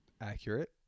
Accurate